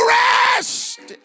rest